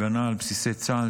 הגנה על בסיסי צה"ל,